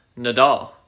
Nadal